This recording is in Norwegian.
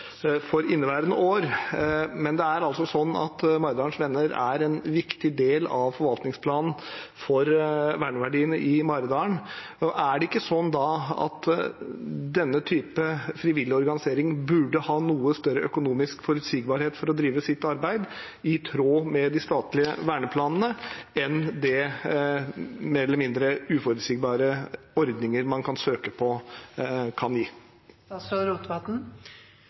for inneværende år, men Maridalens Venner er en viktig del av forvaltningsplanen for verneverdiene i Maridalen. Burde ikke da denne typen frivillig organisering ha noe større økonomisk forutsigbarhet for å drive sitt arbeid i tråd med de statlige verneplanene enn det som de mer eller mindre uforutsigbare ordninger man kan søke på, kan gi?